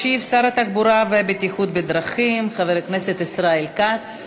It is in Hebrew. ישיב שר התחבורה והבטיחות בדרכים חבר הכנסת ישראל כץ.